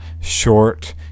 short